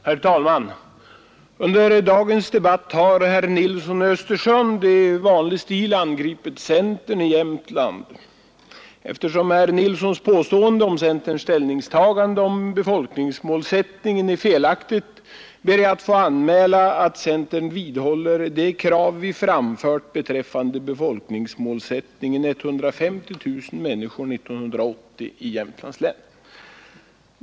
Herr talman! Under dagens debatt har herr Nilsson i Östersund i vanlig stil angripit centern i Jämtland. Eftersom herr Nilssons påstående om centerns ställningstagande om befolkningsmålsättningen är felaktigt, ber jag att få anmäla att centern vidhåller det krav vi framfört beträffande befolkningsmålsättningen, nämligen 150000 personer år 1980 i Jämtlands län.